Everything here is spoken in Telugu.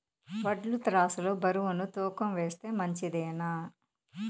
వడ్లు త్రాసు లో బరువును తూకం వేస్తే మంచిదేనా?